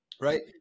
right